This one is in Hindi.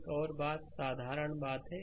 एक और बात साधारण बात है